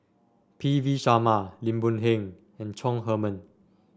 P V Sharma Lim Boon Heng and Chong Heman